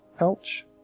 Ouch